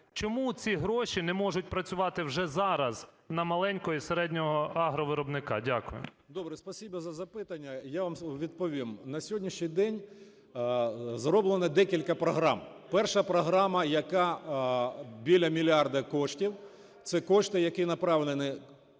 Чому ці гроші не можуть працювати вже зараз на маленького і середнього агровиробника? Дякую. 18:01:57 БАКУМЕНКО О.Б. Добре. Спасибі за запитання. Я вам відповім. На сьогоднішній день зроблено декілька програм. Перша програма, яка біля мільярда коштів, - це кошти, які направлені